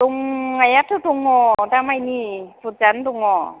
दंनायथ' दङ दामाइनि बुरजायानो दङ